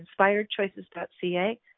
inspiredchoices.ca